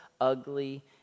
ugly